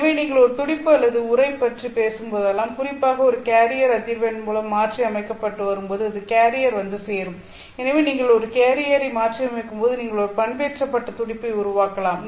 எனவே நீங்கள் ஒரு துடிப்பு அல்லது உறை பற்றி பேசும்போதெல்லாம் குறிப்பாக ஒரு கேரியர் அதிர்வெண் மூலம் மாற்றி அமைக்கப்பட்டு வரும் போது அது கேரியர் வந்து சேரும் எனவே நீங்கள் ஒரு கேரியரை மாற்றியமைக்கும்போது நீங்கள் ஒரு பண்பேற்றப்பட்ட துடிப்பை உருவாக்கலாம்